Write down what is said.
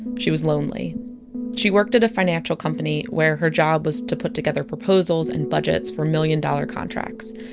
she was lonely she worked at a financial company where her job was to put together proposals and budgets for million dollar contracts.